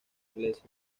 iglesia